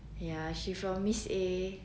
ya she from miss A